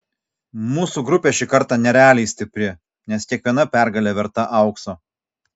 mūsų grupė šį kartą nerealiai stipri nes kiekviena pergalė verta aukso